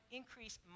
increase